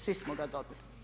Svi smo ga dobili.